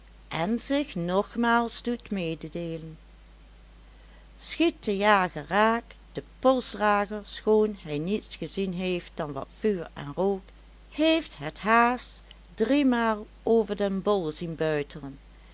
en zich nogmaals doet mededeelen schiet de jager raak de polsdrager schoon hij niets gezien heeft dan wat vuur en rook heeft het haas driemaal over den bol zien buitelen